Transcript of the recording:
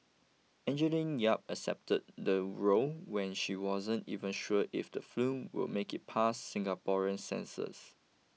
Angeline Yap accepted the role when she wasn't even sure if the film will make it past Singapore's censors